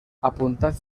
apuntats